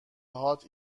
هات